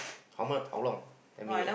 how much how long ten minute ah